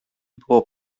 było